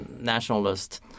nationalist